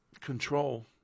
control